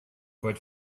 but